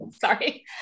Sorry